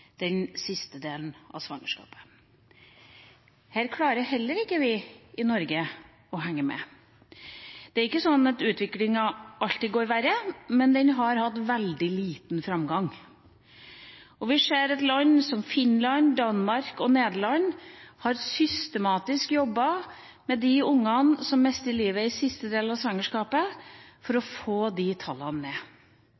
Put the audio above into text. den siste delen av svangerskapet. Her klarer heller ikke vi her i Norge å henge med. Det er ikke slik at utviklingen alltid går til det verre, men den har hatt veldig liten framgang. Vi ser at land som Finland, Danmark og Nederland systematisk har jobbet for å få ned tallene på de ungene som mister livet i siste del av svangerskapet. Dette er en tragedie for